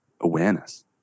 awareness